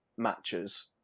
matches